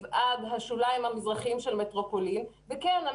עד השוליים המזרחים של מטרופולין וכן,